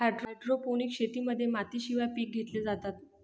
hydroponics शेतीमध्ये मातीशिवाय पिके घेतली जातात